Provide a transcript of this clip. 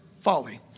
folly